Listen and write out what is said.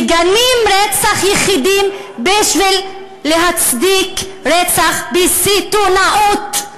מגנים רצח יחידים בשביל להצדיק רצח בסיטונות.